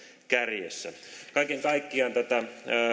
kärjessä kaiken kaikkiaan tätä